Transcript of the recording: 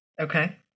okay